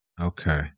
Okay